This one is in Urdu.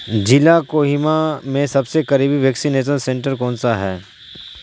ضلع کوہیما میں سب سے قریبی ویکسینیشن سنٹر کون سا ہے